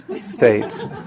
state